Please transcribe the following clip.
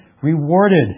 rewarded